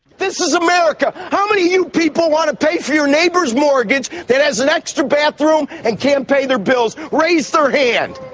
this is america! how many of you people want to pay for your neighbour's mortgage that has an extra bathroom and can't pay their bills? raise their hand.